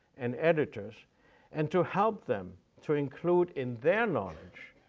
and editors and to help them to include in their knowledge,